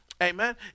Amen